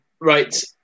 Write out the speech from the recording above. right